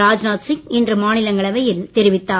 ராஜ்நாத் சிங் இன்று மாநிலங்களவையில் தெரிவித்தார்